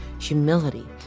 humility